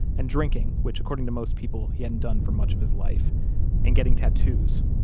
and drinking which according to most people, he hadn't done for much of his life and getting tattoos.